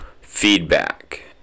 Feedback